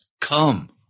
Come